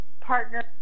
partner